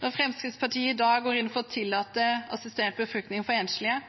Når Fremskrittspartiet i dag går inn for å tillate assistert befruktning for enslige,